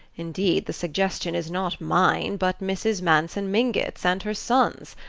indeed, the suggestion is not mine but mrs. manson mingott's and her son's.